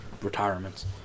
retirements